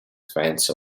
fancy